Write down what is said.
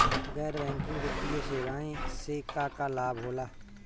गैर बैंकिंग वित्तीय सेवाएं से का का लाभ होला?